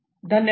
धन्यवाद